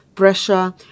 pressure